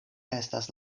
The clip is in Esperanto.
estas